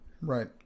Right